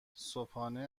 صبحانه